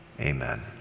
amen